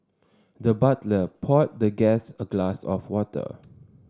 the butler poured the guest a glass of water